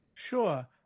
sure